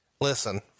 Listen